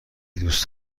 دوست